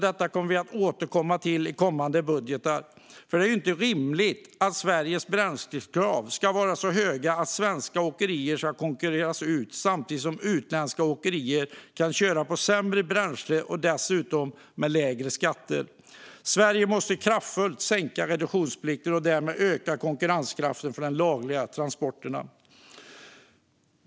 Detta kommer vi att återkomma till i kommande budgetar, för det är inte rimligt att Sveriges bränslekrav ska vara så höga att svenska åkerier konkurreras ut, samtidigt som utländska åkerier kan köra på sämre bränsle och dessutom med lägre skatter. Sverige måste kraftfullt sänka reduktionsplikten och därmed öka konkurrenskraften för de lagliga transporterna.